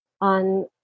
on